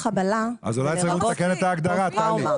אז אולי צריך לתקן את ההגדרה, טלי.